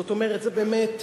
זאת אומרת, זה באמת,